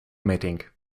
meeting